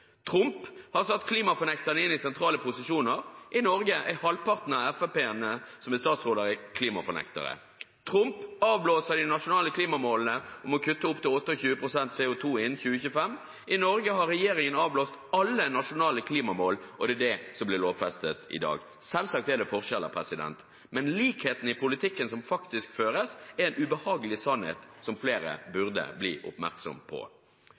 Trump har satt klimafornekterne inn i sentrale posisjoner; i Norge er halvparten av Frp-erne som er statsråder, klimafornektere. Trump avblåser de nasjonale klimamålene om å kutte opptil 28 pst. CO 2 innen 2025; i Norge har regjeringen avblåst alle nasjonale klimamål, og det er det som blir lovfestet i dag. Selvsagt er det forskjeller, men likhetene i politikken som faktisk føres, er en ubehagelig sannhet som flere burde bli oppmerksom på.